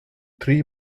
three